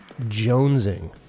jonesing